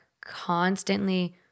constantly